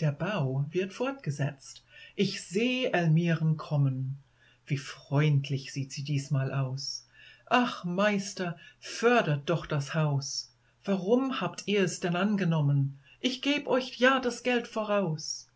der bau wird fortgesetzt ich seh elmiren kommen wie freundlich sieht sie diesmal aus ach meister fördert doch das haus warum habt ihrs denn angenommen ich geb euch ja das geld voraus